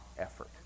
effort